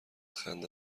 خنده